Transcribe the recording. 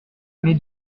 mais